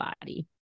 body